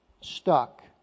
stuck